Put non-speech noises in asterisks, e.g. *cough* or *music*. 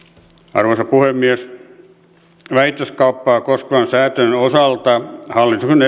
arvoisa puhemies vähittäiskauppaa koskevan sääntelyn osalta hallitus on *unintelligible*